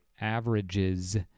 averages